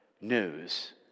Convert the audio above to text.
news